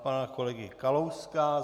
Pana kolegy Kalouska...